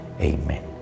amen